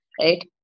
right